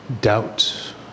Doubt